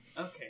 Okay